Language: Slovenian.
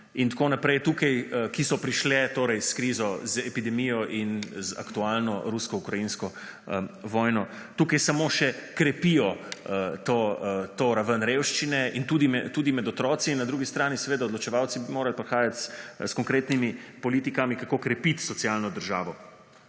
in tako naprej, tukaj, ki so prišle, torej s krizo, z epidemijo in z aktualno Rusko Ukrajinsko vojno. Tukaj samo še krepijo to raven revščine, in tudi med otroci. Na drugi strani, seveda, odločevalci morajo prihajati s konkretnimi politikami, kako krepiti socialno državo,